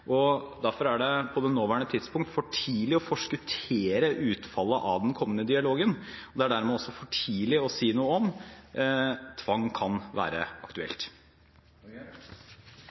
og derfor er det på det nåværende tidspunkt for tidlig å forskuttere utfallet av den kommende dialogen. Det er dermed også for tidlig å si noe om hvorvidt tvang kan være aktuelt.